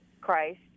Christ